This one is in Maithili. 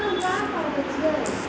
माछक बाजार सँ रोहू कीन कय आनिहे